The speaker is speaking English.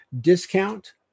discount